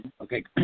Okay